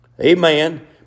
Amen